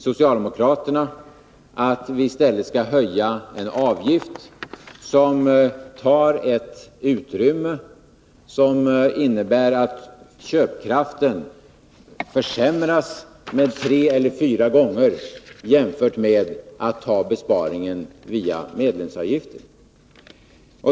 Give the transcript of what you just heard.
Socialdemokraterna föreslår att vi skall höja en avgift, som tar ett utrymme, vilket innebär att köpkraften försämras tre eller fyra gånger jämfört med att ta besparingen via medlemsavgiften.